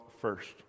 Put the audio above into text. first